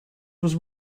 was